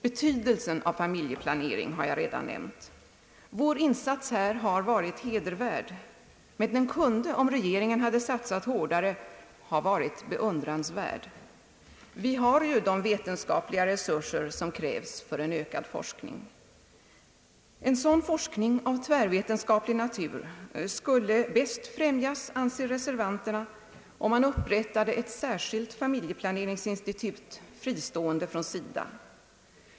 Betydelsen av familjeplanering har jag redan nämnt. Vår insats här har varit hedervärd, men den kunde — om regeringen hade satsat hårdare — varit beundransvärd. Vi har ju de vetenskapliga resurser som krävs för en ökad forskning. En sådan forskning av tvärvetenskaplig natur skulle bäst främjas, anser reservanterna, om man upprättade ett särskilt familjeplaneringsinstitut, fristående från SIDA.